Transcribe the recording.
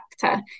factor